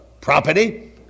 property